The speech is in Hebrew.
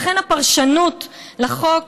לכן, הפרשנות לחוק